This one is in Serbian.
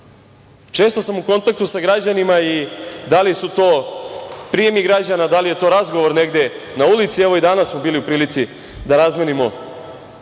sam u kontaktu sa građanima, da li su to prijemi građana, da li je to razgovor negde na ulici, evo i danas smo bili u prilici da razmenimo